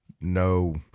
no